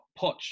Poch